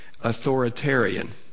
authoritarian